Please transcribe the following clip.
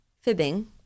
fibbing